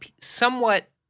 somewhat